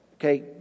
Okay